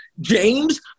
James